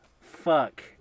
Fuck